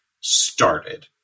started